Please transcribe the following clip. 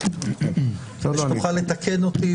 שבירת הלוחות,